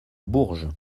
bourges